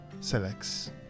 selects